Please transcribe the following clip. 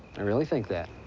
i really think that.